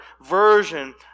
version